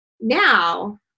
now